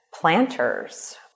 planters